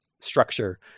structure